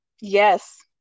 Yes